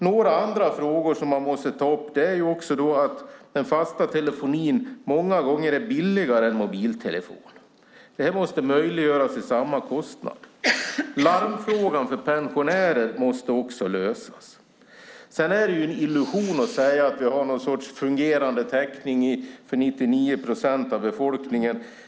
Några andra frågor man måste ta upp är att den fasta telefonin många gånger är billigare än mobiltelefoner. Detta måste möjliggöras till samma kostnad. Larmfrågan för pensionärer måste också lösas. Det är en illusion att vi skulle ha någon sorts fungerande täckning för 99 procent av befolkningen.